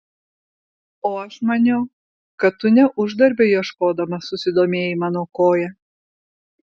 o aš maniau kad tu ne uždarbio ieškodamas susidomėjai mano koja